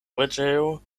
preĝejo